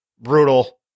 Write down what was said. brutal